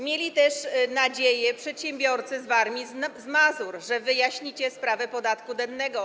Mieli też nadzieję przedsiębiorcy z Warmii i Mazur, że wyjaśnicie sprawę podatku dennego.